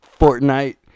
Fortnite